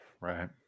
Right